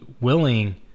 willing